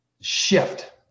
shift